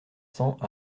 cents